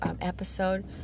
episode